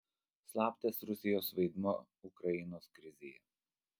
slaptas rusijos vaidmuo ukrainos krizėje